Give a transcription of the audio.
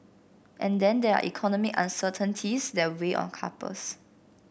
and then there are economic uncertainties that weigh on couples